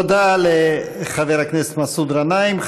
תודה לחבר הכנסת מסעוד גנאים.